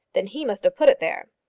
then he must have put it there.